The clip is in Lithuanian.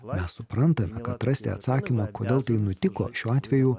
mes suprantame kad rasti atsakymą kodėl tai nutiko šiuo atveju